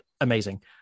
amazing